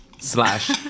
Slash